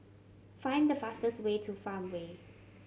find the fastest way to Farmway